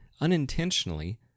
unintentionally